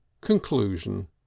Conclusion